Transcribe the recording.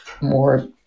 more